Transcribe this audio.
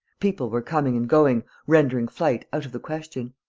people were coming and going, rendering flight out of the question.